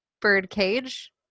Birdcage